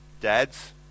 Dads